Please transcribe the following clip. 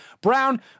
Brown